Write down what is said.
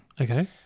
Okay